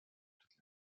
toute